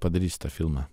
padarysiu tą filmą